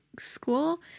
school